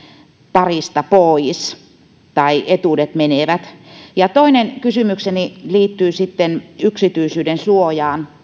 parista pois tai etuudet menevät toinen kysymykseni liittyy yksityisyydensuojaan